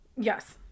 Yes